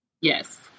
Yes